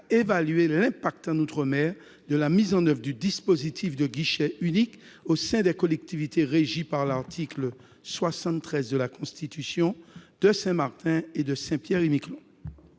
l'impact en outre-mer de la mise en oeuvre du dispositif de guichet unique au sein des collectivités régies par l'article 73 de la Constitution, de Saint-Martin et de Saint-Pierre-et-Miquelon.